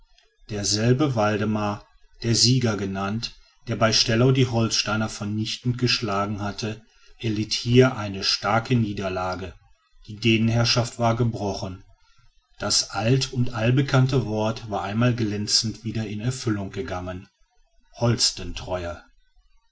derselbe waldemar der sieger genannt der bei stellau die holsteiner vernichtend geschlagen hatte erlitt hier eine starke niederlage die dänenherrschaft war gebrochen das alt und allbekannte wort war einmal glänzend wieder in erfüllung gegangen